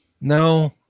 No